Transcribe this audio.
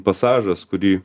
pasažas kurį